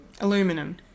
Aluminum